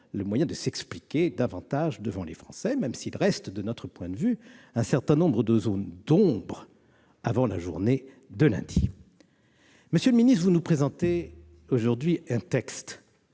le moyen de s'exprimer davantage devant les Français, même s'il reste, de notre point de vue, un certain nombre de zones d'ombre entourant la journée du lundi 11 mai. Monsieur le ministre, vous nous présentez aujourd'hui ce texte.